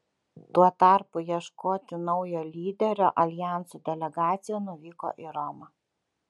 tuo tarpu ieškoti naujo lyderio aljanso delegacija nuvyko į romą